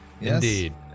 Indeed